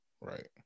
Right